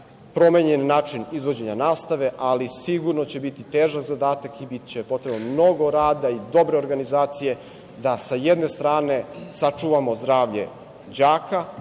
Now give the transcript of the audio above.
Promenjen način izvođenja nastave, ali sigurno će biti težak zadatak i biće potrebno mnogo rada i dobre organizacije da sa jedne strane sačuvamo zdravlje đaka